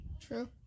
True